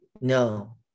no